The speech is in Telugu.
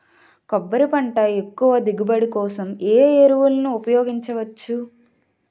కొబ్బరి పంట ఎక్కువ దిగుబడి కోసం ఏ ఏ ఎరువులను ఉపయోగించచ్చు?